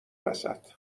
وسط